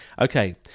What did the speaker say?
Okay